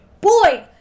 Boy